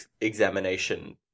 examination